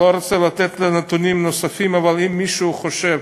לא רוצה לתת נתונים נוספים, אבל אם מישהו חושב